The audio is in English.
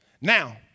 Now